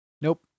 Nope